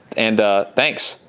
and thanks,